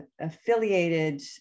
affiliated